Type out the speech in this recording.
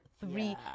three